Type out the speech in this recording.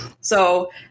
So-